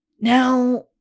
Now